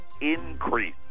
increase